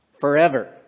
forever